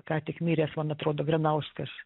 ką tik miręs man atrodo granauskas